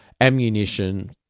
ammunition